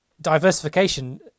diversification